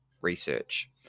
research